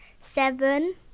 seven